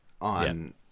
on